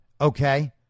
Okay